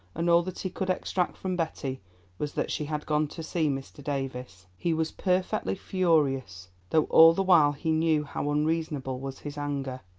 and all that he could extract from betty was that she had gone to see mr. davies. he was perfectly furious, though all the while he knew how unreasonable was his anger.